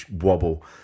wobble